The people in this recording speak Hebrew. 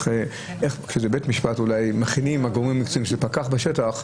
כשבבית משפט מכינים הגורמים איזה פקח בשטח,